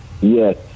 Yes